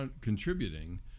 contributing